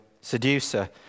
seducer